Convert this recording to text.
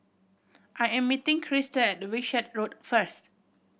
I am meeting Krista at Wishart Road first